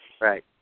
Right